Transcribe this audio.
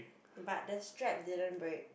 but the strap didn't break